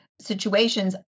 situations